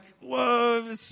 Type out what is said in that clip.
whoa